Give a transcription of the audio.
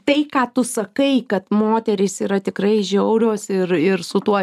tai ką tu sakai kad moterys yra tikrai žiaurios ir ir su tuo